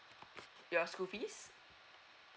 your school fees